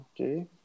Okay